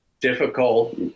difficult